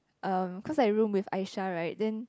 uh cause I room with Aisha [right] then